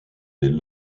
des